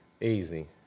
Easy